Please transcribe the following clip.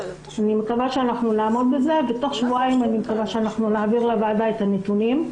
אני מקווה שנעמוד בזה ותוך שבועיים נעביר לוועדה את הנתונים.